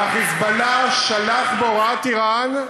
וה"חיזבאללה" שלח, בהוראת איראן,